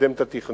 לקדם את התכנון.